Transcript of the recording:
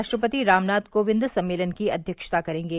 राष्ट्रपति रामनाथ कोविंद सम्मेलन की अध्यक्षता करेंगे